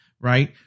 Right